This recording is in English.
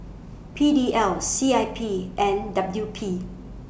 P D L C I P and W P